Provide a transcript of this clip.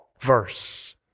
verse